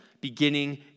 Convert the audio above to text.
beginning